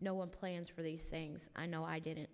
no one plans for these sayings i know i didn't